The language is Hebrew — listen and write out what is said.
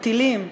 טילים,